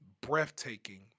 breathtaking